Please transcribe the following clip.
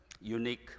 unique